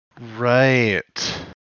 Right